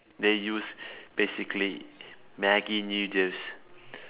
they use basically maggi noodles